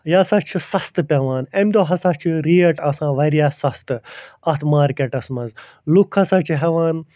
یہِ ہسا چھُ سستہٕ پٮ۪وان اَمہِ دۄہ ہَسا چھُ ریٹ آسان وارِیاہ سستہٕ اَتھ مارکٮ۪ٹس منٛز لُکھ ہَسا چھِ ہٮ۪وان